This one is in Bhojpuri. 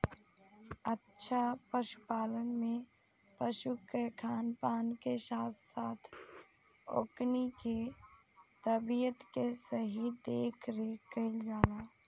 अच्छा पशुपालन में पशु के खान पान के साथ साथ ओकनी के तबियत के सही देखरेख कईल जाला